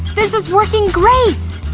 this is working great!